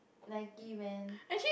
Nike man